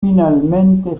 finalmente